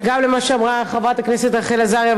גם למה שאמרו חברת הכנסת רחל עזריה,